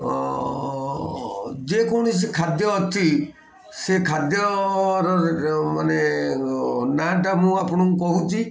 ଯେ କୌଣସି ଖାଦ୍ୟ ଅଛି ସେ ଖାଦ୍ୟର ମାନେ ନାଁଟା ମୁଁ ଆପଣଙ୍କୁ କହୁଛି